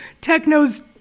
Techno's